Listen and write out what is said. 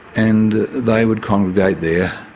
and they would congregate there,